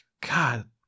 God